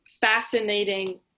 fascinating